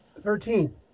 Thirteen